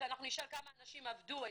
ואנחנו נשאל כמה אנשים עבדו אצלם,